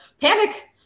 panic